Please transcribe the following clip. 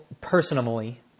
personally